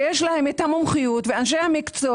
שיש להן את המומחיות ואת אנשי המקצוע